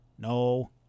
No